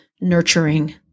nurturing